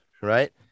right